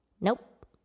Nope